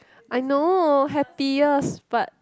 I know happiest but